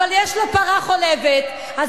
אבל יש לו פרה חולבת -- בקואליציה